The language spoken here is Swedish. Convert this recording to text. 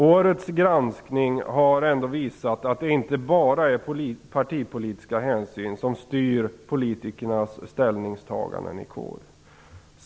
Årets granskning har ändå visat att det inte bara är partipolitiska hänsyn som styr politikernas ställningstaganden i KU.